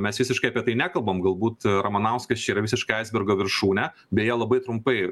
mes visiškai apie tai nekalbam galbūt ramanauskas čia yra visiška aisbergo viršūnė beje labai trumpai